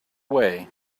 way